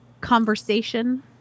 conversation